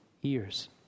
years